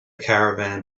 caravan